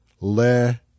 Le